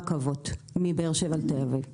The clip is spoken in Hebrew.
ברורה: לצד כל שאטל בלתי נגיש,